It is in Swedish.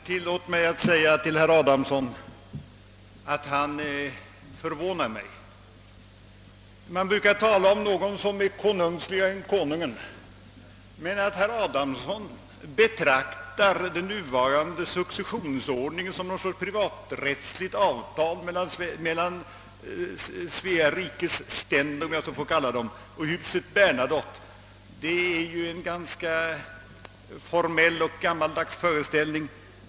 Tillåt mig säga, herr talman, att herr Adamsson förvånar mig. Man brukar säga att det finns de som är konungsligare än Konungen själv. Men att, som herr Adamsson, betrakta den nuvarande successionsordningen som någon sorts : privaträttsligt avtal mellan Svea rikes ständer, om jag får använda det uttrycket, och huset Bernadotte är ju att anlägga en ganska formell och gammaldags syn.